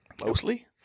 Mostly